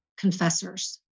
confessors